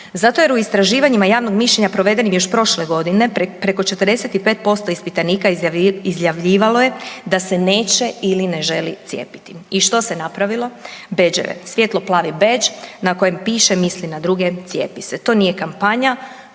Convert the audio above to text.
Zato što u istraživanjima javnog mišljenja provedenim još prošle godine, preko 45% ispitanika izjavljivalo je da se neće ili ne želi cijepiti. I što se napravilo? Bedževe svijetlo plavi bedž na kojem piše „Misli na druge, cijepi se“. To nije kampanja,